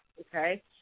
okay